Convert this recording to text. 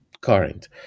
current